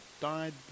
died